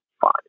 fine